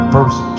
First